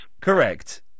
Correct